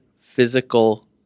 physical